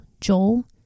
Joel